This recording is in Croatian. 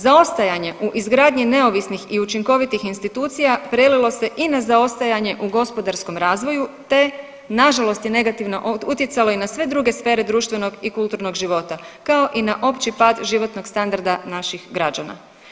Zaostajanje u izgradnji neovisnih i učinkovitih institucija prelilo se i na zaostajanje u gospodarskom razvoju, te na žalost je negativno utjecalo i na sve druge sfere društvenog i kulturnog života kao i na opći pad životnog standarda naših građana.